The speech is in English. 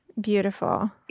Beautiful